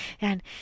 and